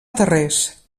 tarrés